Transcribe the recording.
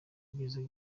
yigeze